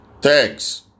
thanks